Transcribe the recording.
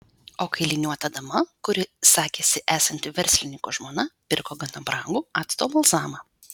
o kailiniuota dama kuri sakėsi esanti verslininko žmona pirko gana brangų acto balzamą